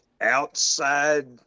outside